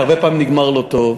שהרבה פעמים נגמר לא טוב.